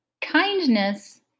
kindness